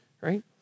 right